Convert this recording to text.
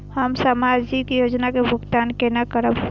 हम सामाजिक योजना के भुगतान केना करब?